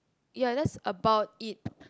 ya that's about it